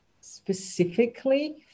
specifically